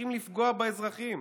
ממשיכים לפגוע באזרחים.